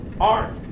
art